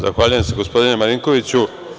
Zahvaljujem se, gospodine Marinkoviću.